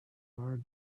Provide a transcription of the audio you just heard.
our